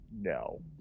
No